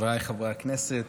חבריי חברי הכנסת,